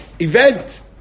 event